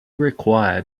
require